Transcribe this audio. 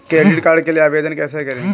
Credit card के लिए आवेदन कैसे करें?